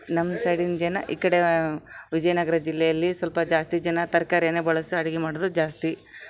ನಮ್ಮ ಸೈಡಿನ ಜನ ಈ ಕಡೆ ವಿಜಯನಗರ ಜಿಲ್ಲೆಯಲ್ಲಿ ಸ್ವಲ್ಪ ಜಾಸ್ತಿ ಜನ ತರಕಾರಿಯನ್ನ ಬಳಸಿ ಅಡಿಗೆ ಮಾಡೊದು ಜಾಸ್ತಿ